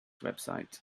website